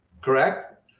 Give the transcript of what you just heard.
correct